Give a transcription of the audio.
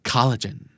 Collagen